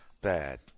Bad